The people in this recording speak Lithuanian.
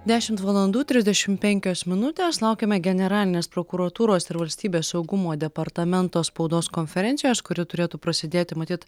dešimt valandų trisdešimt penkios minutės laukiame generalinės prokuratūros ir valstybės saugumo departamento spaudos konferencijos kuri turėtų prasidėti matyt